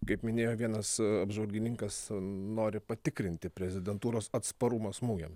kaip minėjo vienas apžvalgininkas nori patikrinti prezidentūros atsparumą smūgiam